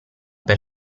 per